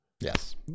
Yes